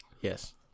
yes